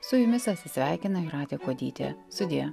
su jumis atsisveikina jūratė kuodytė sudie